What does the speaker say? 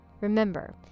Remember